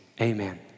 amen